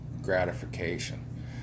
gratification